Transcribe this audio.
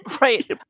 Right